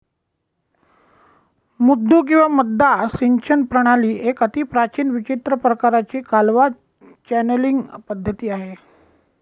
मुद्दू किंवा मद्दा सिंचन प्रणाली एक अतिप्राचीन विचित्र प्रकाराची कालवा चॅनलींग पद्धती आहे